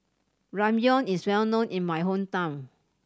ramyeon is well known in my hometown